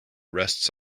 rests